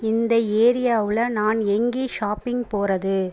இந்த ஏரியாவில் நான் எங்கே ஷாப்பிங் போகிறது